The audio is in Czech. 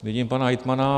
Vidím pana hejtmana.